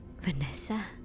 Vanessa